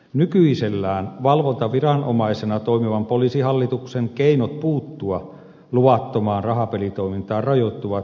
nykyisellään valvontaviranomaisena toimivan poliisihallituksen keinot puuttua luvattomaan rahapelitoimintaan rajoittuvat esitutkintapyynnön tekemiseen